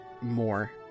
more